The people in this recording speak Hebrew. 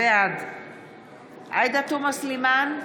בעד עאידה תומא סלימאן,